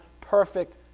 perfect